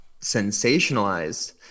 sensationalized